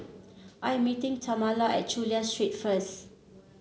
I am meeting Tamala at Chulia Street first